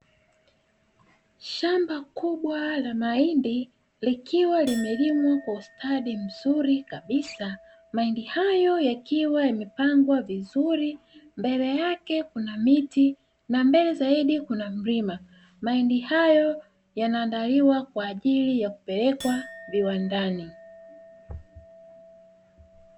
Shamba kubwa la mahindi likiwa limelimwa kwa ustadi mzuri kabisa, mahindi hayo yakiwa yamepangwa vizuri. Mbele yake kuna miti na mbele zaidi kuna mlima, mahindi hayo yanaandaliwa kwa ajili ya kupelekwa viwandani.